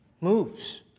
moves